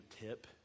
tip